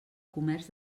comerç